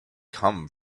come